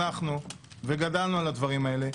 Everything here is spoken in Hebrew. אנחנו חונכנו וגדלנו על הדברים האלה,